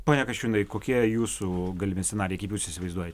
pone kasčiūnai kokie jūsų galimi scenarijai kaip jūs įsivaizduojat